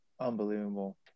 Unbelievable